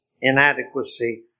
inadequacy